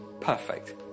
perfect